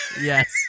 Yes